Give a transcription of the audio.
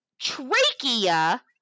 trachea